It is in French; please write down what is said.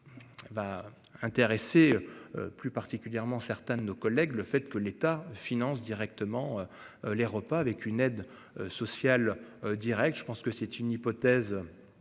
Va intéresser. Plus particulièrement certains de nos collègues, le fait que l'État finance directement. Les repas avec une aide sociale directe. Je pense que c'était une hypothèse